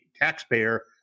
taxpayer